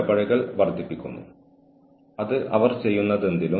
നിങ്ങൾ തെറ്റ് ചെയ്യാത്തപ്പോൾ നിങ്ങൾ ഒരു തെറ്റ് ചെയ്തുവെന്ന് ആർക്കെങ്കിലും പറയാനാകും